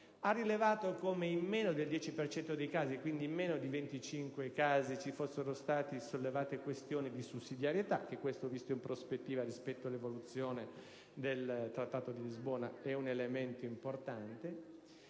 ha rilevato come in meno del 10 per cento dei casi (quindi, in meno di 25 casi) fossero state sollevate questioni di sussidiarietà (ed anche questo, visto in prospettiva rispetto all'evoluzione del Trattato di Lisbona, è un elemento importante)